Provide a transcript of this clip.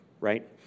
Right